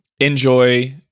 Enjoy